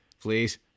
please